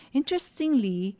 Interestingly